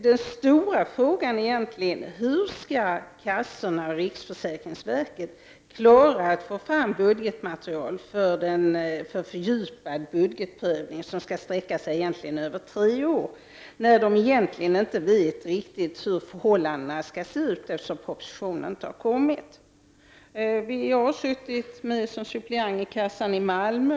Den stora frågan är egentligen följande: Hur skall försäkringskassorna och riksförsäkringsverket klara av att få fram budgetmaterial för en fördjupad budgetprövning, som egentligen skall sträcka sig över tre år, när de egentligen inte vet riktigt hur förhållandena skall se ut, eftersom propositionen inte har lagts fram? Jag har suttit som suppleant i försäkringskassan i Malmö.